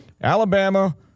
Alabama